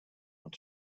want